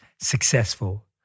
successful